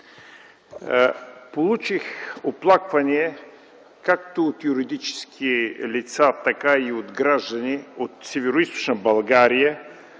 получих оплаквания както от юридически лица, така и от граждани от Североизточна България,